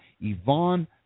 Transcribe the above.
Yvonne